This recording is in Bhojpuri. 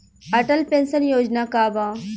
अटल पेंशन योजना का बा?